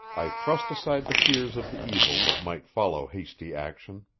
i thrust aside the fears of the evil that might follow hasty action.